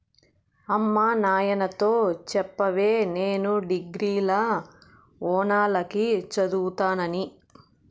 అమ్మ నాయనతో చెప్పవే నేను డిగ్రీల ఓనాల కి చదువుతానని